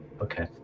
Okay